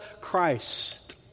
Christ